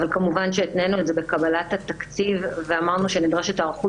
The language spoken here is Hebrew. אבל כמובן שהתנינו את זה בקבלת התקציב ואמרנו שנדרשת היערכות